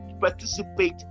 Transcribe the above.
participate